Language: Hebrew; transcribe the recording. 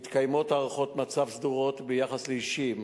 מתקיימות הערכות מצב סדורות ביחס לאישים